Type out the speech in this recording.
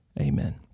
Amen